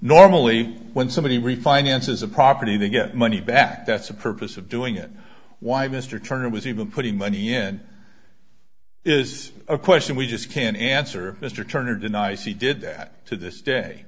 normally when somebody refinance is a property they get money back that's a purpose of doing it why mr turner was even putting money in is a question we just can't answer mr turner denies he did that to this day